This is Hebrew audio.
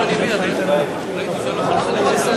אדוני היושב-ראש,